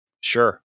sure